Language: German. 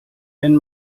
wenn